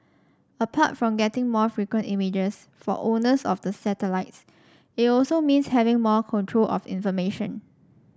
apart from getting more frequent images for owners of the satellites it also means having more control of information